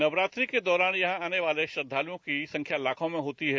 नवरात्रि के दौरान यहां आने वाले श्रद्वालुओं की संख्या लाखों में होती है